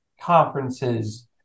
conferences